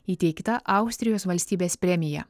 įteikta austrijos valstybės premija